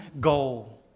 goal